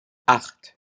acht